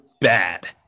bad